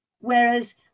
whereas